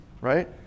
Right